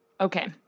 Okay